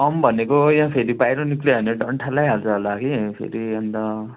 आऊँ भनेको हो यहाँ फेरि बाहिर निस्क्यो भने डन्ठा लगाइहाल्छ होला कि फेरि अन्त